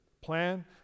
plan